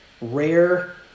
rare